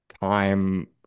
time